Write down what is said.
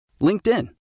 LinkedIn